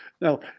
now